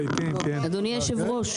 אדוני היושב-ראש,